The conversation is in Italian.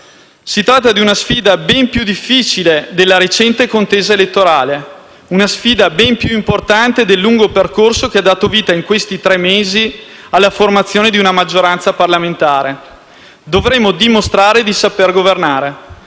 Si tratta di una sfida ben più difficile della recente contesa elettorale, una sfida ben più importante del lungo percorso che ha dato vita in questi tre mesi alla formazione di una maggioranza parlamentare. Dovremo dimostrare di saper governare,